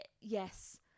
Yes